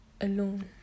alone